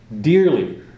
dearly